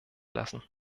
lassen